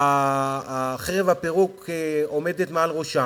חרב הפירוק עומדת מעל ראשם,